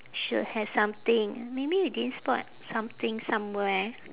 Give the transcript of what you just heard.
should have something maybe you didn't spot something somewhere